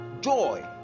joy